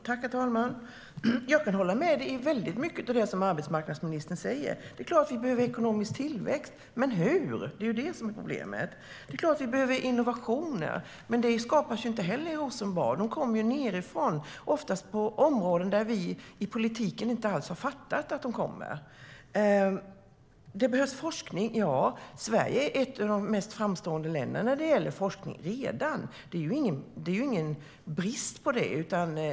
Herr talman! Jag kan hålla med om väldigt mycket av det arbetsmarknadsministern säger. Det är klart att vi behöver ekonomisk tillväxt - men hur? Det är det som är problemet. Det är klart att vi behöver innovationer, men det skapas inte heller i Rosenbad. Innovationer kommer nedifrån, oftast på områden där vi i politiken inte ens har fattat att de kommer. Det behövs forskning - ja. Sverige är redan ett av de mest framstående länderna när det gäller forskning. Det finns ju ingen brist där.